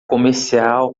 comercial